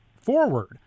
forward